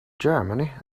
germany